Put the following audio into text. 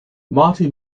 marty